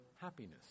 happiness